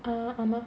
ah ஆமா:aamaa